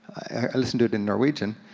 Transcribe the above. i listened to it in norwegian.